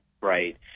Right